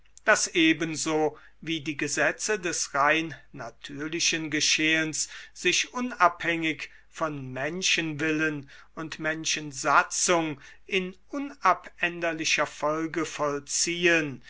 daß ebenso wie die gesetze des rein natürlichen geschehens sich unabhängig von menschenwillen und menschensatzung in unabänderlicher folge vollziehen